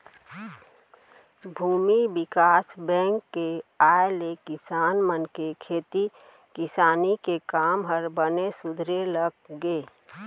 भूमि बिकास बेंक के आय ले किसान मन के खेती किसानी के काम ह बने सुधरे लग गे